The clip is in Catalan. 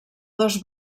dos